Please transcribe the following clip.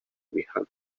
bihano